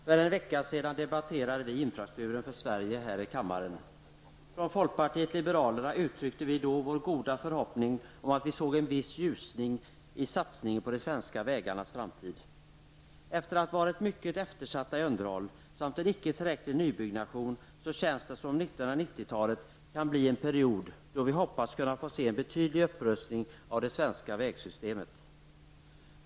Herr talman! För en vecka sedan debatterade vi infrastrukturen för Sverige här i kammaren. Från folkpartiet liberalerna uttryckte vi då vår goda förhoppning om att vi såg en viss ljusning i satsningen på de svenska vägarnas framtid. Deras underhåll har varit mycket eftersatt, och nybyggnationen har inte varit tillräcklig, men det känns som om 1990-talet kan bli en period då vi kan hoppas få se en betydlig upprustning av det svenska vägsystemet.